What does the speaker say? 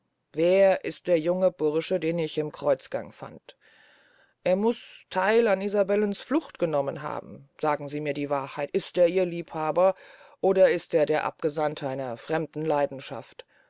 wer ist der junge bursche den ich im kreutzgange fand er muß theil an isabellen flucht genommen haben sagen sie mir die wahrheit ist er ihr liebhaber oder ist er der abgesandte einer fremden leidenschaft